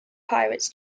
pirates